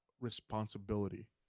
responsibility